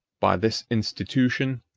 by this institution,